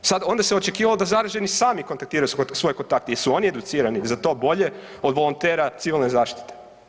Sad, onda se očekivalo da zaraženi sami kontaktiraju svoj kontakte, jesu oni educirani za to bolje od volontera civilne zaštite.